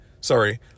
sorry